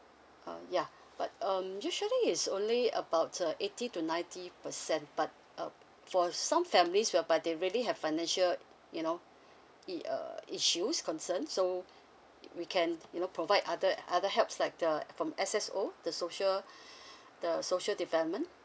oh ya but um usually it's only about uh eighty to ninety percent but um for some families whereby they really have financial you know uh issues concern so we can you know provide other other helps like uh from S_S_O the social the social development